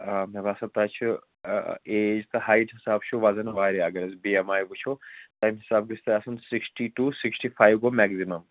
آ مےٚ باسان تۄہہِ چھُ ایج تہٕ ہایٹ حِساب چھُ وَزَن واریاہ اگر أسۍ بی ایم آی وُچھو تَمہِ حِسابہٕ گژھِ تۄہہِ آسُن سِکِسٹی ٹوٗ سِکِسٹی فایِو گوٚو میکزِمم